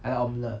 I like omelette